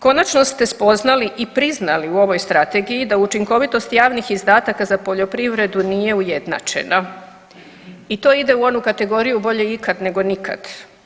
Konačno ste spoznali i priznali u ovoj Strategiji da učinkovitost javnih izdataka za poljoprivredu nije ujednačena i to ide u onu kategoriju bolje ikad nego nikad.